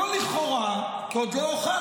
שנכון לכאורה, כי עוד לא הוכחנו.